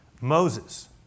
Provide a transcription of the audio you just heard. Moses